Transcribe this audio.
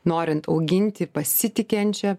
norint auginti pasitikinčią